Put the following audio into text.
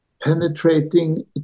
penetrating